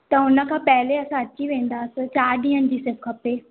त उन खां पहले असां अची वेंदासीं चारि ॾींहंनि जी सिर्फ़ु खपे